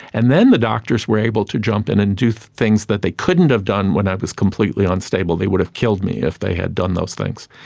and then the doctors were able to jump in and do things that they couldn't have done when i was completely unstable, they would have killed me if they had done those things.